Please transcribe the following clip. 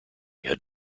had